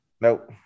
Nope